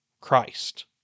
Christ